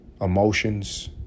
emotions